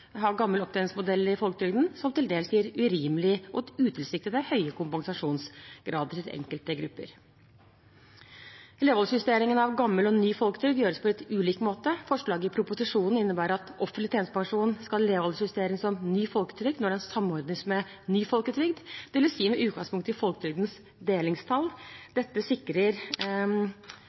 har gammel opptjeningsmodell i folketrygden, som til dels gir urimelige og utilsiktede høye kompensasjonsgrader til enkelte grupper. Levealderjusteringen av gammel og ny folketrygd gjøres på litt ulik måte. Forslaget i proposisjonen innebærer at offentlig tjenestepensjon skal levealderjusteres som ny folketrygd når den samordnes med ny folketrygd, dvs. med utgangspunkt i folketrygdens delingstall. Dette